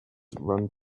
run